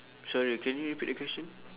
sorry can you repeat the question